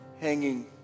hanging